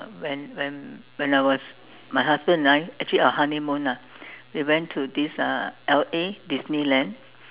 when when when when I was my husband and I actually our honeymoon ah we went to this uh L_A Disneyland